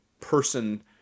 person